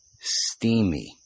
steamy